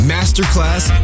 Masterclass